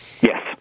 Yes